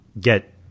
get